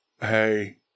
hey